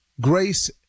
grace